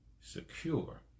secure